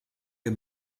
est